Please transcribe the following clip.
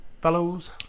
fellows